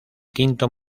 quinto